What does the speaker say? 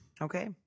Okay